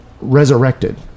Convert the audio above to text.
resurrected